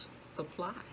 supply